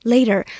Later